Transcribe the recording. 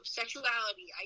sexuality